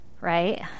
right